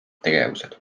tegevused